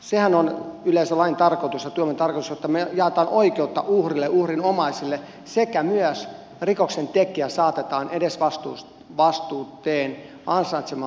sehän on yleensä lain tarkoitus ja tuomion tarkoitus että me jaamme oikeutta uhrille uhrin omaisille sekä saatamme myös rikoksentekijän edesvastuuseen ansaitsemallaan tavalla